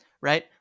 right